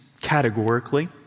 categorically